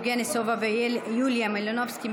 יבגני סובה ויוליה מלינובסקי,